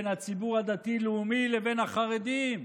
בין הציבור הדתי-לאומי לבין החרדים.